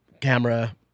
camera